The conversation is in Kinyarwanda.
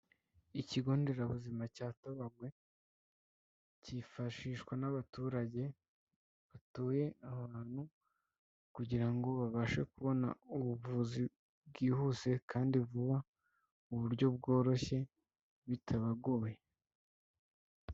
Ikigonderabuzima cya Tabagwe kifashishwa n'abaturage batuye aho hantu kugira ngo babashe kubona ubuvuzi bwihuse kandi vuba mu buryo bworoshye bitabagoye.